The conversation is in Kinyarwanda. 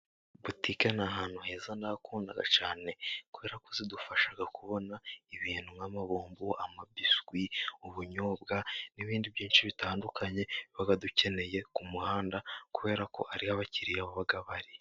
Butike ni ahantu heza ndahakunda cyane, kubera ko zidufasha kubona ibintu nka bombo, biswi, ubunyobwa n'ibindi byinshi bitandukanye tuba dukeneye ku muhanda, kubera ko ariho abakiriya baba bari.